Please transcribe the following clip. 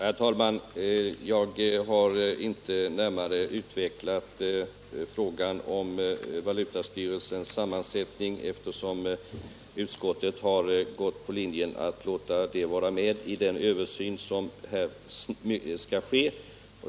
Herr talman! Jag har inte närmare utvecklat frågan om valutastyrelsens sammansättning, eftersom utskottet har gått på linjen att låta den vara med i den översyn som skall ske.